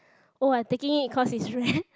oh I taking it cause it's rare